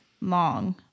long